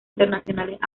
internacionales